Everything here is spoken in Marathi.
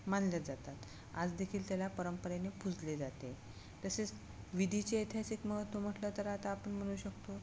मानल्या जातात आज देखील त्याला परंपरेने पुजले जाते तसेच विधीचे ऐतिहासिक महत्त्व म्हटलं तर आता आपण म्हणू शकतो